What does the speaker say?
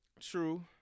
true